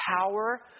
power